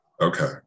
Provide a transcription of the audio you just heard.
Okay